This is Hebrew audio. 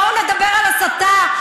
בואו נדבר על הסתה,